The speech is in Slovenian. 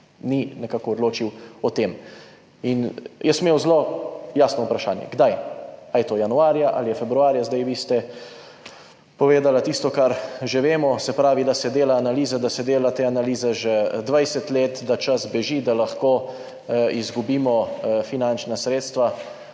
ni odločil o tem. Jaz sem imel zelo jasno vprašanje: kdaj? Ali je to januarja ali je februarja? Vi ste povedali tisto, kar že vemo. Se pravi, da se dela analize, da se dela te analize že 20 let, da čas beži, da lahko izgubimo finančna sredstva.